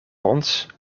ons